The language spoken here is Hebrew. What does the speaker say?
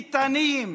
איתנים,